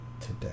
today